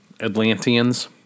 Atlanteans